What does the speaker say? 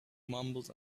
mumbled